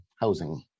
housing